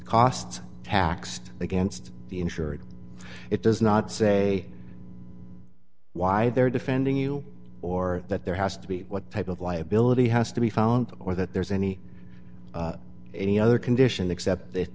taxed against the insured it does not say why they're defending you or that there has to be what type of liability has to be found or that there's any any other condition except that